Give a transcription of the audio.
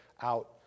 out